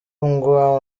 ngo